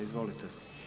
Izvolite.